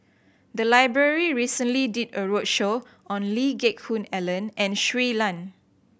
the library recently did a roadshow on Lee Geck Hoon Ellen and Shui Lan